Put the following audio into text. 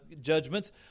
judgments